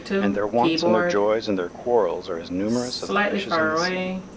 and their wants and their joys and their quarrels are as numerous as the fishes in the sea,